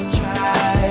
try